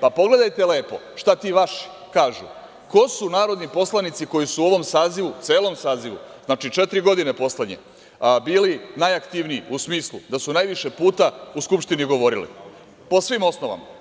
pa pogledajte lepo šta ti vaši kažu, ko su narodni poslanici koji su u ovom sazivu, celom sazivu, znači poslednje četiri godine, bili najaktivniji u smislu da su najviše puta u skupštini govorili, po svim osnovama.